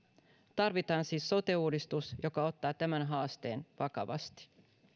tarvitaan siis sote uudistus joka ottaa tämän haasteen vakavasti